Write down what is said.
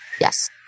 Yes